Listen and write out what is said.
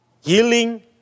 healing